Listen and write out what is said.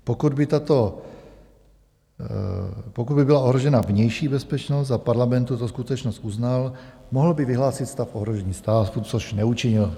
Pokud by byla ohrožena vnější bezpečnost a Parlament tuto skutečnost uznal, mohl by vyhlásit stav ohrožení státu což neučinil.